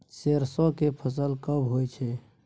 सरसो के फसल कब होय छै?